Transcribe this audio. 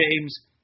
James